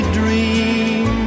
dream